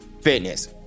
fitness